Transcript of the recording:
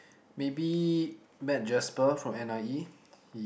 maybe met Jasper from N_I_E he